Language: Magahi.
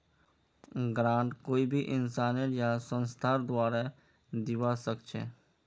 ग्रांट कोई भी इंसानेर या संस्थार द्वारे दीबा स ख छ